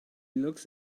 looks